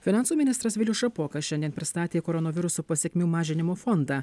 finansų ministras vilius šapoka šiandien pristatė koronaviruso pasekmių mažinimo fondą